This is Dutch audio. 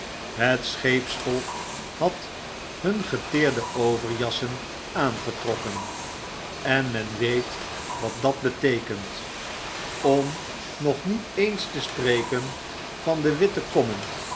het scheepsvolk had hun geteerde overjassen aangetrokken en men weet wat datbeteekent om nog niet eens te spreken van de witte kommen